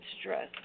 stress